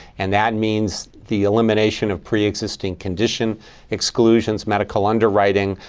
and that means the elimination of preexisting condition exclusions, medical underwriting.